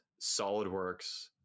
SolidWorks